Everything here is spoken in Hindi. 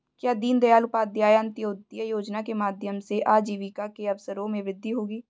क्या दीन दयाल उपाध्याय अंत्योदय योजना के माध्यम से आजीविका के अवसरों में वृद्धि होगी?